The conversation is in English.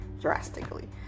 drastically